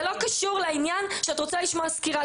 זה לא קשור לעניין שאת רוצה לשמוע סקירה,